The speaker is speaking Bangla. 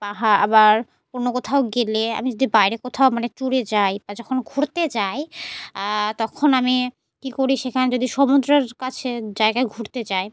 পাহা আবার অন্য কোথাও গেলে আমি যদি বাইরে কোথাও মানে ট্যুরে যাই বা যখন ঘুরতে যাই তখন আমি কী করি সেখানে যদি সমুদ্রের কাছে জায়গায় ঘুরতে যাই